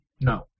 No